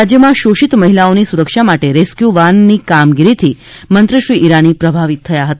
રાજ્યમાં શોષિત મહિલાઓની સુરક્ષા માટે રેસ્ક્યુ વાન કામગીરીથી મંત્રી શ્રી ઇરાની પ્રભાવિત થયા હતા